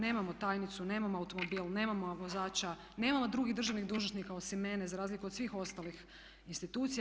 Nemamo tajnicu, nemamo automobil, nemamo vozača, nemamo drugih državnih dužnosnika osim mene za razliku od svih ostalih institucija.